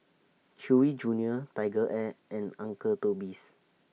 Chewy Junior TigerAir and Uncle Toby's